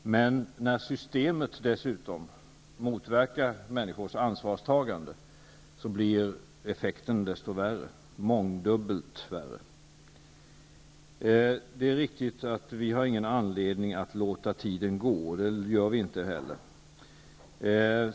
Men när systemet dessutom motverkar människors ansvarstagande blir effekten mångdubbelt värre. Det är riktigt att vi inte har någon anledning att låta tiden gå -- det gör vi inte heller.